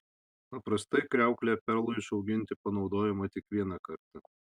paprastai kriauklė perlui išauginti panaudojama tik vieną kartą